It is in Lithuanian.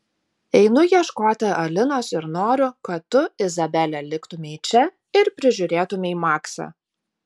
einu ieškoti alinos ir noriu kad tu izabele liktumei čia ir prižiūrėtumei maksą